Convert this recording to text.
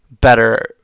better